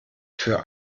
für